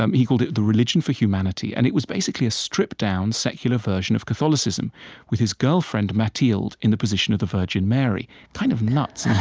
um he called it the religion for humanity, and it was basically a stripped-down secular version of catholicism with his girlfriend, mathilde, in the position of the virgin mary. kind of nuts,